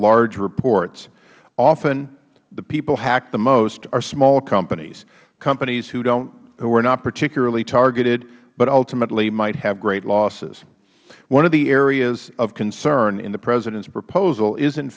large reports often the people hacked the most are small companies companies who are not particularly targeted but ultimately might have great losses one of the areas of concern in the president's proposal is